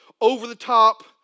over-the-top